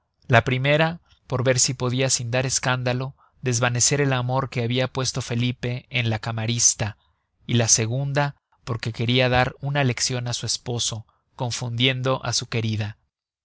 la primera por ver si podia sin dar escándalo desvanecer el amor que habia puesto felipe en la camarista y la segunda porque queria dar una leccion á su esposo confundiendo á su querida